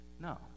No